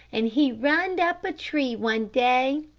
and he runned up a tree one day.